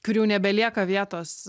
kur jau nebelieka vietos